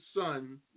son